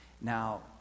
Now